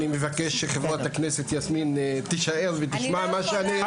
אני מבקש שחברת הכנסת יסמין תישאר ותשמע מה שאני רוצה להגיד.